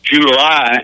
July